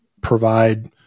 provide